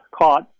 caught